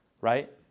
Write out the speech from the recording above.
right